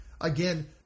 Again